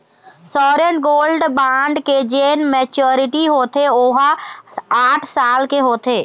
sovereign gold bond के जेन maturity होथे ओहा आठ साल के होथे